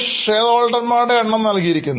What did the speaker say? share ഹോൾഡർമാരുടെ എണ്ണം നൽകിയിരിക്കുന്നു